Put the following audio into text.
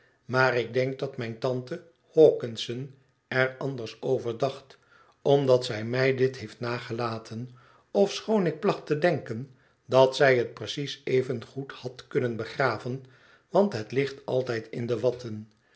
maar ik denk dat mijne tante hawkinsoner anders over dacht omdat zij mij dit heeft nagelaten ofechoon ik placht te denken dat zij het precies evengoed had kunnen begraven want het ligt altijd in de watten